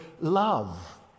love